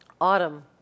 Autumn